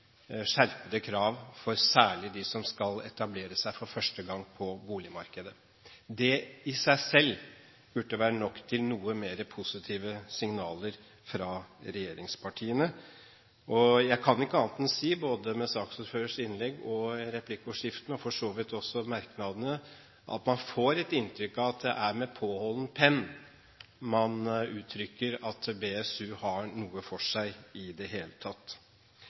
skjerpede krav, særlig for dem som skal etablere seg for første gang på boligmarkedet. Det i seg selv burde være nok til noe mer positive signaler fra regjeringspartiene. Jeg kan ikke annet enn å si – både med tanke på saksordførers innlegg og replikkordskiftene og for så vidt også merknadene – at man får et inntrykk av at det er med påholden penn man uttrykker at BSU-ordningen har noe for seg i det hele tatt.